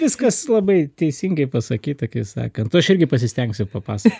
viskas labai teisingai pasakyta kaip sakant aš irgi pasistengsiu papasakot